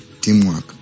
teamwork